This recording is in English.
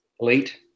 late